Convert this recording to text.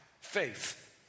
faith